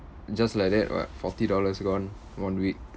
just like that [what] forty dollars gone one week